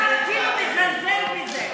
אתה אפילו מזלזל בזה.